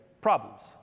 problems